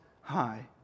high